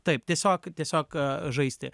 taip tiesiog tiesiog žaisti